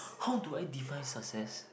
how do I define success